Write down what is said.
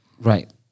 Right